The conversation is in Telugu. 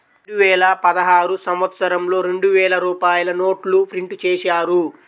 రెండువేల పదహారు సంవత్సరంలో రెండు వేల రూపాయల నోట్లు ప్రింటు చేశారు